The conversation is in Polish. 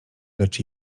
lecz